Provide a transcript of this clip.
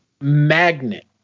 Magnet